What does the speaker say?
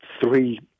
three